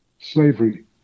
slavery